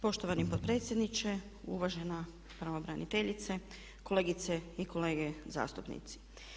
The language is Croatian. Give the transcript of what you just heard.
Poštovani potpredsjedniče, uvažena pravobraniteljice, kolegice i kolege zastupnici.